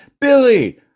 Billy